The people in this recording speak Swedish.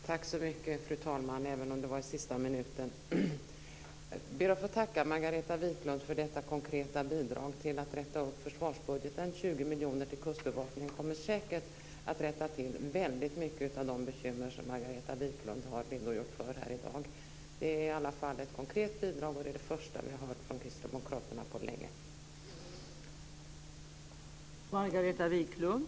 Fru talman! Jag tackar Margareta Viklund för detta konkreta bidrag till att rätta upp försvarsbudgeten. 20 miljoner till Kustbevakningen kommer säkert att rätta till väldigt många av de bekymmer som Margareta Viklund har redogjort för här i dag. Det är i alla fall ett konkret bidrag, och det är det första som vi har hört från kristdemokraterna på länge.